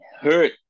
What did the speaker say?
hurt